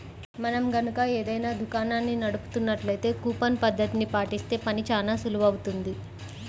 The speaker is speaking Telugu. మనం గనక ఏదైనా దుకాణాన్ని నడుపుతున్నట్లయితే కూపన్ పద్ధతిని పాటిస్తే పని చానా సులువవుతుంది